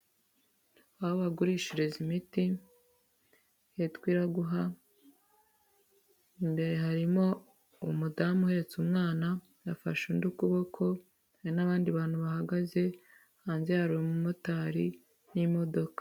Aho bagurishiriza imiti hitwa iraguha, imbere harimo umudamu uhetse umwana afashe undi ukuboko hari n'abandi bantu bahagaze hanze hari umu motari n'imodoka.